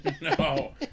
No